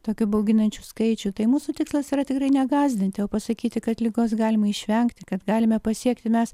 tokių bauginančių skaičių tai mūsų tikslas yra tikrai ne gąsdinti o pasakyti kad ligos galima išvengti kad galime pasiekti mes